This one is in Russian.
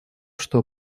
что